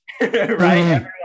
right